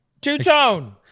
Two-tone